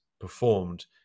performed